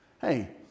Hey